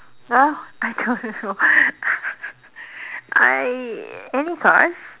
!huh! I don't know I any cars